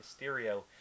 Mysterio